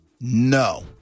No